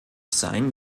sein